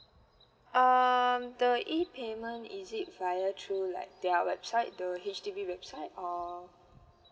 um the E payment is it via through like their website the H_D_B website or